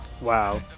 Wow